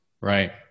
right